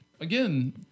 Again